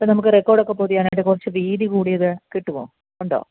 ഇപ്പോൾ നമുക്ക് റെക്കോർഡ് ഒക്കെ പൊതിയാനായിട്ട് കുറച്ച് വീതി കൂടിയത് കിട്ടുമോ ഉണ്ടോ